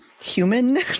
human